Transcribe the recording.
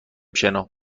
شنا